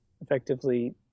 effectively